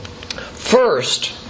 First